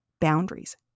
boundaries